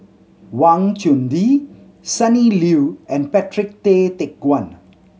Wang Chunde Sonny Liew and Patrick Tay Teck Guan